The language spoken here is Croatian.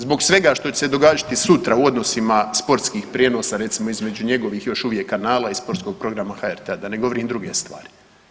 Zbog svega što će se događati sutra u odnosima sportskih prijenosa, recimo, između njegovih, još uvijek kanala i sportskog programa HRT-a, da ne govorim druge stvari.